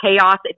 chaos